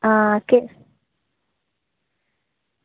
आं